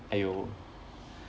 !aiyo!